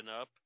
up